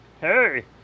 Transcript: Hey